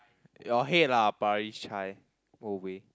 your head lah Paris Chai go away